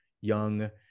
young